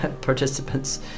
participants